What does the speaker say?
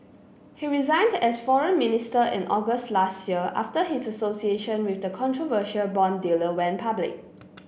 he resigned as foreign minister in August last year after his association with the controversial bond dealer went public